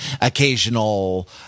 occasional